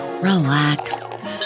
relax